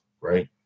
right